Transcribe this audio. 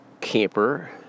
camper